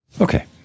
Okay